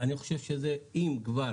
אני חושב שאם כבר